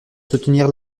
soutenir